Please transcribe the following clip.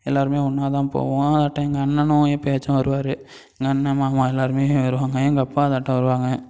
எல்லாருமே ஒன்றா தான் போவோம் அதாட்டம் எங்கள் அண்ணனும் எப்பவாச்சும் வருவாரு எங்கள் அண்ணன் மாமா எல்லாருமே வருவாங்கள் எங்கள் அப்பா அதாட்டம் வருவாங்கள்